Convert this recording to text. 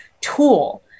tool